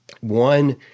one